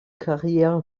carrière